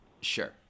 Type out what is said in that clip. Sure